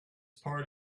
part